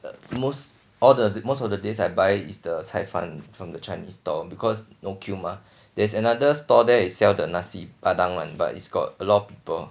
most all the most of the days I buy is the 菜饭 from the chinese stall because no queue mah there's another store there sell the nasi padang [one] but it's got a lot of people